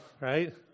right